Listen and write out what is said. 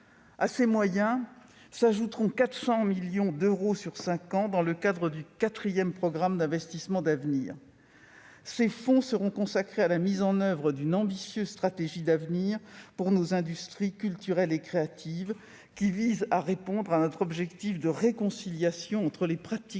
À ces moyens s'ajouteront 400 millions d'euros sur cinq ans, dans le cadre du quatrième programme d'investissements d'avenir (PIA 4). Ces fonds seront consacrés à la mise en oeuvre d'une ambitieuse stratégie d'avenir pour nos industries culturelles et créatives, qui vise à répondre à notre objectif de réconciliation entre les pratiques